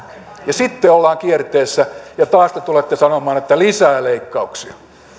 sitten ollaan kierteessä ja taas te tulette sanomaan että lisää leikkauksia